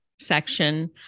section